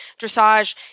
dressage